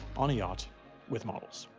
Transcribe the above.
on a yacht with models.